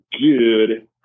good